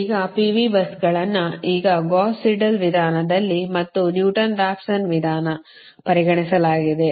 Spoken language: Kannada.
ಈಗ P V busಗಳನ್ನು ಈಗ ಗೌಸ್ ಸೀಡೆಲ್ ವಿಧಾನದಲ್ಲಿ ಮತ್ತು ನ್ಯೂಟನ್ ರಾಫ್ಸನ್ ವಿಧಾನ ಪರಿಗಣಿಸಲಾಗಿದೆ